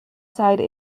side